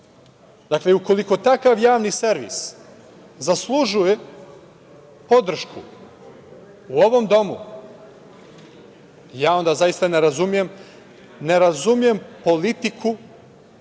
Dakle, ukoliko takav javni servis zaslužuje podršku u ovom domu, ja onda zaista ne razumem politiku